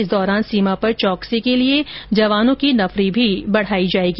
इस दौरान सीमा पर चौकसी के लिए जवानों की नफरी भी बढाई जायेगी